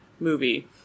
movie